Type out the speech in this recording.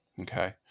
Okay